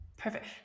Perfect